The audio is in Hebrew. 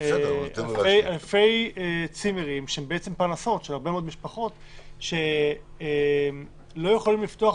זו פרנסה של הרבה מאוד משפחות שלא יכולים לפתוח,